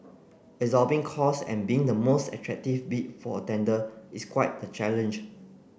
absorbing costs and being the most attractive bid for a tender is quite the challenge